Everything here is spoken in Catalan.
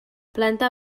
planta